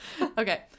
okay